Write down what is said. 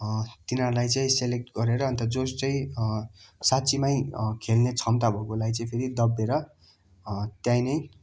तिनीहरूलाई चाहिँ सेलेक्ट गरेर चाहिँ अन्त जो चाहिँ साँच्चैमा खेल्ने क्षमता भएकोलाई फेरि दबिएर त्यहीँ नै